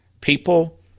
People